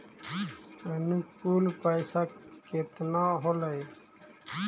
अनुकुल पैसा केतना होलय